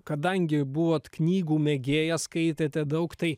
kadangi buvot knygų mėgėja skaitėte daug tai